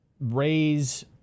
raise